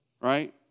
right